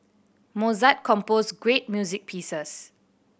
Mozart composed great music pieces